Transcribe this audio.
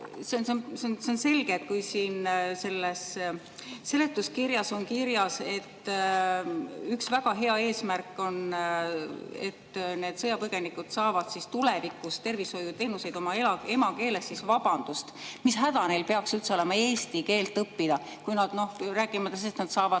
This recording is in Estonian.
See on selge, et kui siin seletuskirjas on kirjas, et üks väga hea eesmärk on, et need sõjapõgenikud saavad tulevikus tervishoiuteenuseid oma emakeeles, siis – vabandust! – mis häda neil peaks üldse olema eesti keelt õppida, kui nad, rääkimata sellest, et nad saavad